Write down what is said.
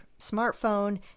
smartphone